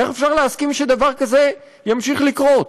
איך אפשר להסכים שדבר כזה ימשיך לקרות?